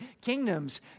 kingdoms